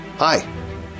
Hi